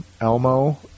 Elmo